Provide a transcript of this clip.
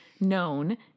known